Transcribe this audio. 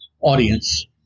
audience